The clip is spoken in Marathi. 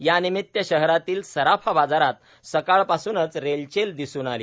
यानिमित्त शहरातील सराफा बाजारात सकाळपासूनच रेलचेल दिसून आली